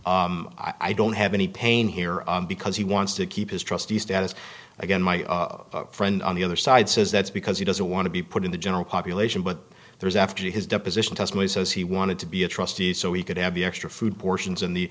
hurt i don't have any pain here because he wants to keep his trustee status again my friend on the other side says that's because he doesn't want to be put in the general population but there is after his deposition testimony says he wanted to be a trustee so he could have the extra food portions and the